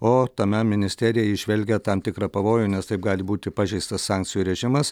o tame ministerija įžvelgia tam tikrą pavojų nes taip gali būti pažeistas sankcijų režimas